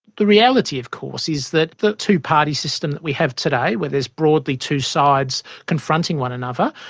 the reality of course is that the two-party system that we have today, where there's broadly two sides confronting one another,